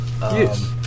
Yes